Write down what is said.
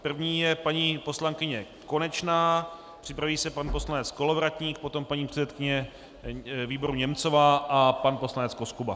První je paní poslankyně Konečná, připraví se pan poslanec Kolovratník, potom paní předsedkyně výboru Němcová a pan poslanec Koskuba.